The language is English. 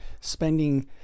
spending